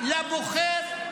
למותם